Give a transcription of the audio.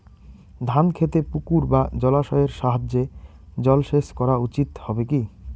ধান খেতে পুকুর বা জলাশয়ের সাহায্যে জলসেচ করা উচিৎ হবে কি?